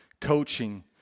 coaching